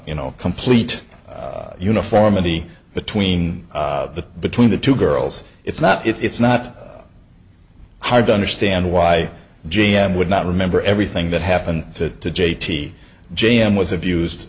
you know complete uniformity between the between the two girls it's not it's not hard to understand why g m would not remember everything that happened to j t j m was abused